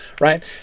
right